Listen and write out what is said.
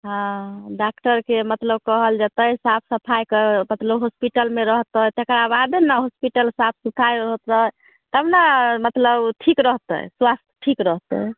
हँ डाक्टरके मतलब कहल जेतै साफ सफाइ के कतनो होस्पिटल मे रहतै तकरा बादे ने होस्पिटल साफ सिफाइ होतै तब ने मतलब ठीक रहतै स्वास्थ ठीक रहतै